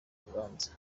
urubanza